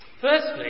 Firstly